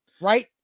Right